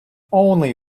only